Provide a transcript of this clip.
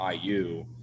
IU